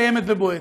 קיימת ובועטת.